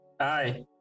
hi